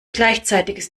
gleichzeitiges